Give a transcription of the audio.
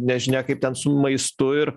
nežinia kaip ten su maistu ir